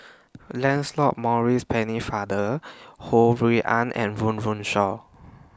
Lancelot Maurice Pennefather Ho Rui An and Run Run Shaw